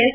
S